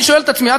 אני שואל את עצמי,